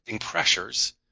pressures